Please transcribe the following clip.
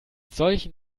solchen